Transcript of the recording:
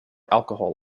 alcohol